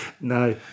No